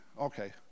okay